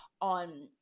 on